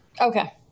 Okay